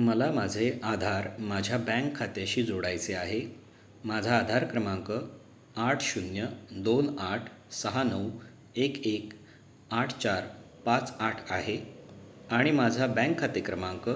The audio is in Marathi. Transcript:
मला माझे आधार माझ्या बँक खात्याशी जोडायचे आहे माझा आधार क्रमांक आठ शून्य दोन आठ सहा नऊ एक एक आठ चार पाच आठ आहे आणि माझा बँक खाते क्रमांक